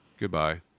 Goodbye